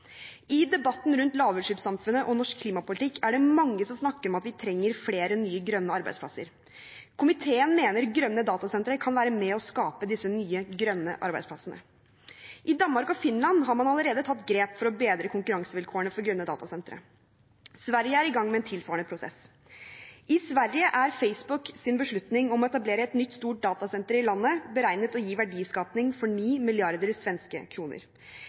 i Norge. I debatten rundt lavutslippssamfunnet og norsk klimapolitikk er det mange som snakker om at vi trenger flere nye grønne arbeidsplasser. Komiteen mener grønne datasentre kan være med og skape disse nye grønne arbeidsplassene. I Danmark og Finland har man allerede tatt grep for å bedre konkurransevilkårene for grønne datasentre. Sverige er i gang med en tilsvarende prosess. I Sverige er Facebooks beslutning om å etablere et nytt stort datasenter i landet beregnet å gi verdiskaping for 9 mrd. svenske kroner.